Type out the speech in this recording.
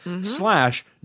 slash